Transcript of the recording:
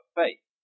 faith